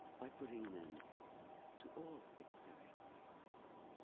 by putting an end to all experience